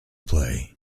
play